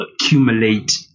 accumulate